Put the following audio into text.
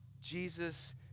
Jesus